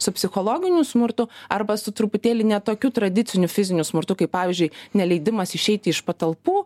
su psichologiniu smurtu arba su truputėlį ne tokiu tradiciniu fiziniu smurtu kaip pavyzdžiui neleidimas išeiti iš patalpų